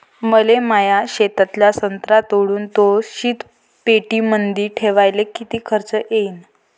मले माया शेतातला संत्रा तोडून तो शीतपेटीमंदी ठेवायले किती खर्च येईन?